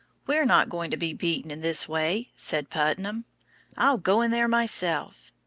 we're not going to be beaten in this way, said putnam i'll go in there myself.